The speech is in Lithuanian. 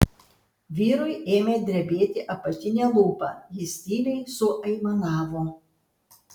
vyrui ėmė drebėti apatinė lūpa jis tyliai suaimanavo